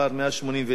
189),